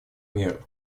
меры